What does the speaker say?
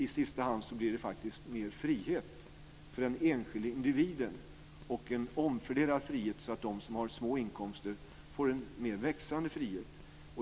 I sista hand blir det mer frihet för den enskilde individen och en omfördelad frihet så att de med små inkomster får en växande frihet.